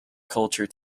culture